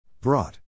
Brought